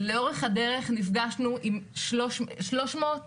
ייצר האב אמיתי וגם יתן לפי תמ"א 70